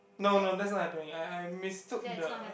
no no that's why I am bringing I I mistook the